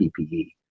PPE